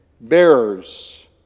bearers